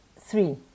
Three